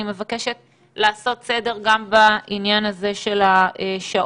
אני מבקשת לעשות סדר גם בעניין הזה של השעות.